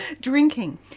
Drinking